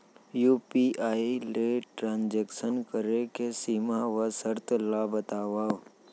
UPI ले transaction करे के सीमा व शर्त ला बतावव?